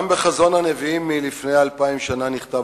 גם בחזון הנביאים מלפני אלפיים שנה נכתב